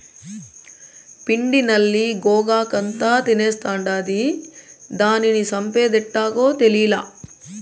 పిండి నల్లి గోగాకంతా తినేస్తాండాది, దానిని సంపేదెట్టాగో తేలీలా